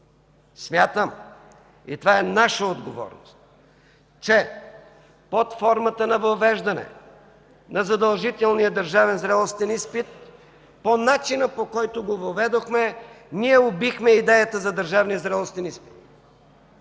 Смятам, и това е наша отговорност, че под формата на въвеждане на задължителния държавен зрелостен изпит, по начина по който го въведохме, ние убихме идеята за държавния зрелостен изпит.